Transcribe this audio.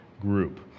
group